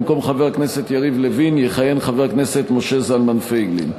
במקום חבר הכנסת יריב לוין יכהן חבר הכנסת משה זלמן פייגלין.